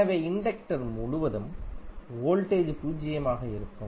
எனவே இண்டக்டர் முழுவதும் வோல்டேஜ் பூஜ்ஜியமாக இருக்கும்